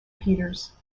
peters